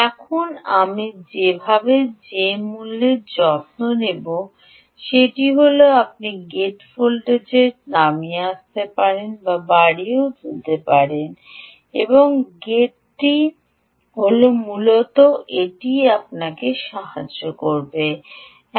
এখন আপনি যেভাবে মূলত যত্ন নেবেন সেটি হল আপনি গেটের ভোল্টেজকে নামিয়ে আনতে বা বাড়িয়ে তোলেন এই গেটটি হল মূলত এটিই আপনাকে করতে হবে